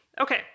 Okay